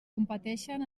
competeixen